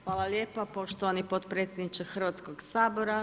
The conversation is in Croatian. Hvala lijepa poštovani potpredsjedniče Hrvatskog sabora.